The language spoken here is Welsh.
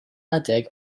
adeg